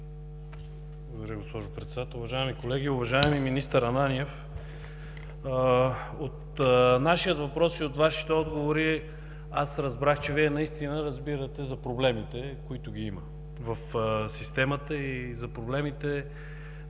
госпожо Председател. Уважаеми колеги, уважаеми министър Ананиев! От нашия въпрос и от Вашите отговори аз разбрах, че Вие наистина разбирате за проблемите, които ги има в системата, и за това,